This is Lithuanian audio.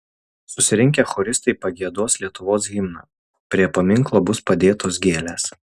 susirinkę choristai pagiedos lietuvos himną prie paminklo bus padėtos gėlės